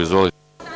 Izvolite.